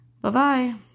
Bye-bye